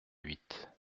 huit